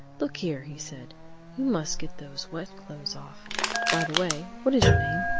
look here, he said you must get those wet clothes off by the way, what is your name?